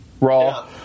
Raw